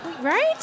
Right